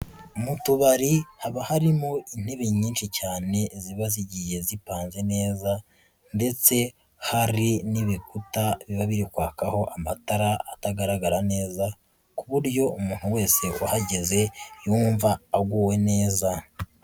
Mu tubari haba harimo intebe nyinshi cyane ziba zigiye zipanze neza ndetse hari n'ibikuta biba biri kwakaho amatara atagaragara neza ku buryo umuntu wese uhageze yumva aguwe neza.